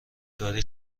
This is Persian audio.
داری